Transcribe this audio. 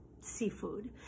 seafood